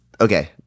okay